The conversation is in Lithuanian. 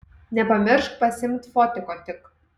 nepamiršk pasiimt fotiko tik